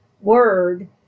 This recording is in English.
word